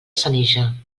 senija